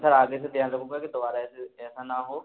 sir आगे से ध्यान रखूँगा कि दोबारा ऐसे ऐसा ना हो